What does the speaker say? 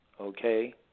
okay